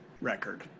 record